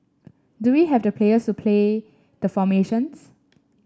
do we have the players to play the formations